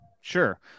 Sure